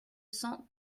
cents